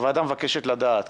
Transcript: הוועדה מבקשת לדעת.